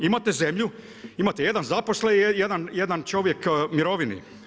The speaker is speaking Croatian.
Imate zemlju, imate jedan zaposlen, jedan čovjek u mirovini.